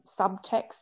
subtext